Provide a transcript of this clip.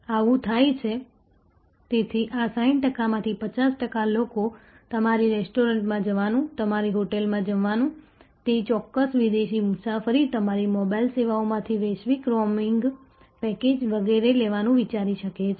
તેથી આ 60 ટકામાંથી 50 ટકા લોકો તમારી રેસ્ટોરન્ટમાં જવાનું તમારી હોટેલમાં જવાનું તે ચોક્કસ વિદેશી મુસાફરી તમારી મોબાઇલ સેવામાંથી વૈશ્વિક રોમિંગ પેકેજ વગેરે લેવાનું વિચારી શકે છે